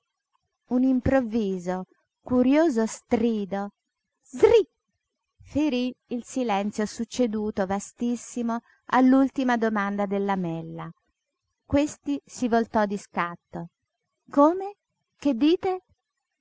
improvviso curioso strido zrí ferí il silenzio succeduto vastissimo all'ultima domanda del lamella questi si voltò di scatto come che dite